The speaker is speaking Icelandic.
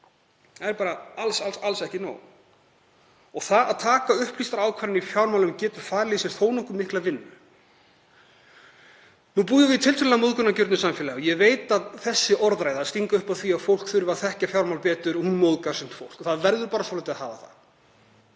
það er bara alls ekki nóg. Það að taka upplýstar ákvarðanir í fjármálum getur falið í sér þó nokkuð mikla vinnu. Nú búum við í tiltölulega móðgunargjörnu samfélagi og ég veit að þessi orðræða, að stinga upp á því að fólk þurfi að þekkja fjármál betur, móðgar sumt fólk og það verður bara að hafa það.